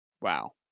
Wow